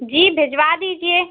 जी भिजवा दीजिए